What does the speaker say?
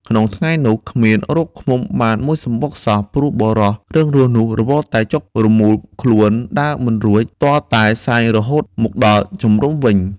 ក្នុងថ្ងៃនោះ គ្មានរកឃ្មុំបានមួយសំបុកសោះ ព្រោះបុរសរឹងរូសនោះរវល់តែចុកពោះរមូលខ្លួន ដើរមិនរួច ទាល់តែសែងរហូតមកដល់ជំរំវិញ។